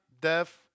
deaf